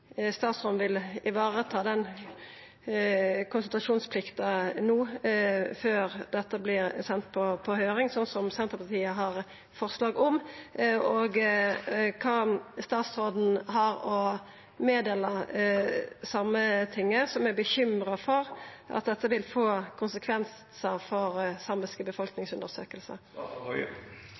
statsråden vil vareta den konsultasjonsplikta no, før dette vert sendt på høyring, sånn som Senterpartiet har eit forslag om, og kva statsråden har å seia til Sametinget, som er bekymra for at dette vil få konsekvensar for samiske